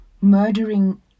murdering